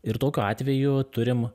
ir tokiu atveju turim